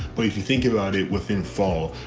but if you think about it within fall,